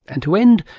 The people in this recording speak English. and to end,